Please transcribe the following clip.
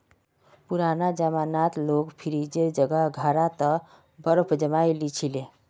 पुराना जमानात लोग फ्रिजेर जगह घड़ा त बर्फ जमइ ली छि ले